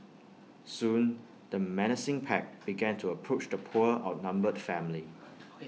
soon the menacing pack began to approach the poor outnumbered family